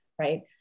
right